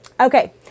Okay